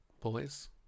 Boys